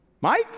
Mike